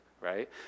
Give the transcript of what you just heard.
right